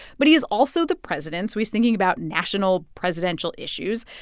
but he is also the president, so he's thinking about national presidential issues.